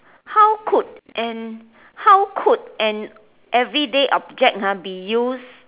how could an how could an everyday object ah be used